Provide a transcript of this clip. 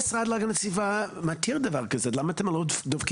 תשאלו את המשרד להגנת הסביבה אם אי פעם